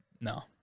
No